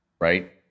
right